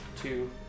two